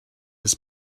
his